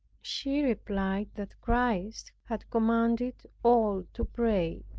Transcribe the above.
she replied, that christ had commanded all to pray,